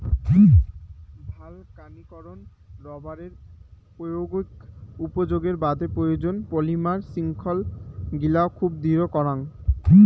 ভালকানীকরন রবারের প্রায়োগিক উপযোগের বাদে প্রয়োজন, পলিমার শৃঙ্খলগিলা খুব দৃঢ় করাং